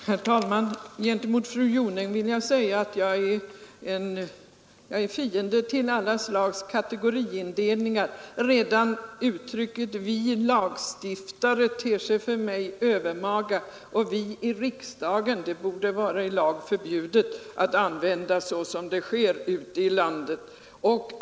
Äktenskapslagstift Herr talman! Gentemot fru Jonäng vill jag säga att jag är fiende till. ”UNgen Mm.m. alla slags kategoriindelningar. Redan uttrycket ”vi lagstiftare” ter sig för mig övermaga, och uttrycket ”vi i riksdagen” borde vara i lag förbjudet att använda såsom det sker ute i landet.